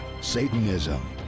Satanism